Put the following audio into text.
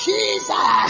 Jesus